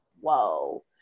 whoa